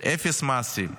אפס מעשים.